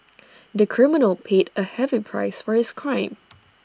the criminal paid A heavy price for his crime